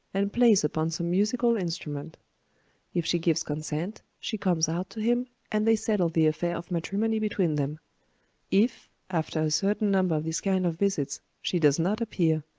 and plays upon some musical instrument if she gives consent, she comes out to him, and they settle the affair of matrimony between them if, after a certain number of these kind of visits, she does not appear,